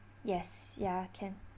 yes ya can